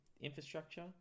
infrastructure